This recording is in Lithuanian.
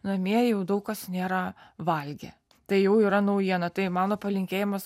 namie jau daug kas nėra valgę tai jau yra naujiena tai mano palinkėjimas